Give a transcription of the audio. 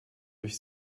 durch